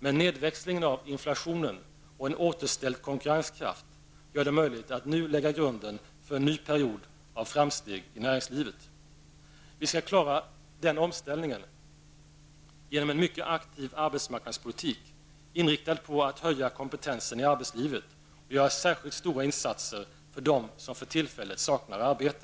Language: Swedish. Men nedväxlingen av inflationen och en återställd konkurrenskraft gör det möjligt att nu lägga grunden för en ny period av framsteg i näringslivet. Vi skall klara omställningen genom en mycket aktiv arbetsmarknadspolitik inriktad på att höja kompetensen i arbetslivet och på att göra särskilt stora insatser för dem som för tillfället saknar ett arbete.